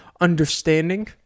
understanding